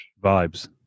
Vibes